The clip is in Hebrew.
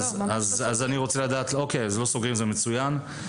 לא סוגרים זה מצוין.